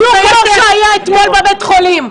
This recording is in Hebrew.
בדיוק כמו שהיה אתמול בבית חולים.